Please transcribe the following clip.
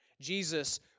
Jesus